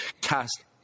cast